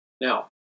Now